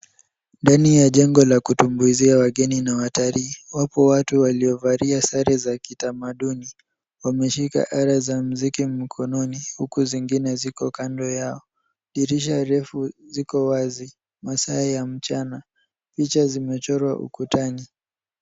Ndani ya jengo la kutumbuizia wageni na watalii. Wapo watu wailiovalia sare za kitamaduni. Wameshika ala za muziki mikononi huku zengine ziko kando yao. Dirisha refu ziko wazi masaa ya mchana picha zimechorwa ukutani.